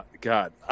god